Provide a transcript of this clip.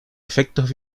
efectos